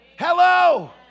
Hello